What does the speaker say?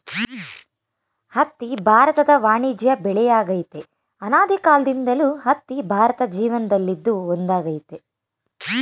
ಹತ್ತಿ ಭಾರತದ ವಾಣಿಜ್ಯ ಬೆಳೆಯಾಗಯ್ತೆ ಅನಾದಿಕಾಲ್ದಿಂದಲೂ ಹತ್ತಿ ಭಾರತ ಜನಜೀವನ್ದಲ್ಲಿ ಒಂದಾಗೈತೆ